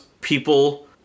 people